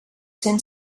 cent